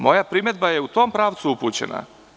Moja primedba je u tom pravcu upućena.